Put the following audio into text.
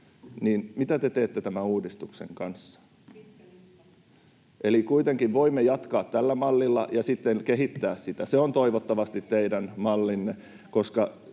mitä te teette tämän uudistuksen kanssa? [Paula Risikko: Pitkä lista!] Eli kuitenkin voimme jatkaa tällä mallilla ja sitten kehittää sitä — se on toivottavasti teidän mallinne, koska